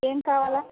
ఏం కావాలా